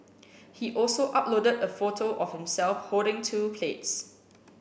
he also uploaded a photo of himself holding two plates